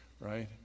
right